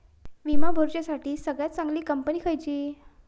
विमा भरुच्यासाठी सगळयात चागंली कंपनी खयची?